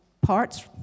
parts